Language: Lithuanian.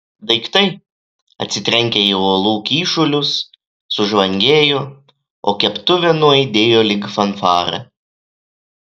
daiktai atsitrenkę į uolų kyšulius sužvangėjo o keptuvė nuaidėjo lyg fanfara